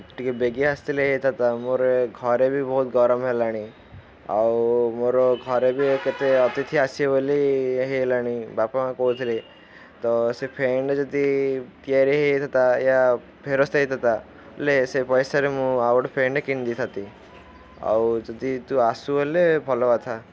ଟିକିଏ ବେଗି ଆସିଥିଲେ ହେଇଥାନ୍ତା ମୋର ଘରେ ବି ବହୁତ ଗରମ ହେଲାଣି ଆଉ ମୋର ଘରେ ବି କେତେ ଅତିଥି ଆସିବେ ବୋଲି ହେଇଗଲାଣି ବାପା ମା' କହୁଥିଲେ ତ ସେ ଫ୍ୟାନ୍ଟା ଯଦି ତିଆରି ହେଇଯାଇଥା ଫେରସ୍ତ ହେଇଥାଏ ସେ ପଇସାରେ ମୁଁ ଆଉ ଗୋଟିଏ ଫ୍ୟାନ୍ଟା କିଣି ଦେଇଥାନ୍ତି ଆଉ ଯଦି ତୁ ଆସବୁ ବୋଲି ଭଲ କଥା